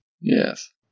Yes